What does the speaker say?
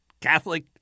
catholic